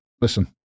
listen